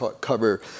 cover